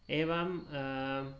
एवं